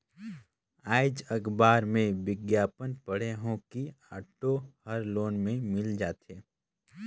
आएज अखबार में बिग्यापन पढ़े हों कि ऑटो हर लोन में मिल जाथे